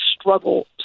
struggle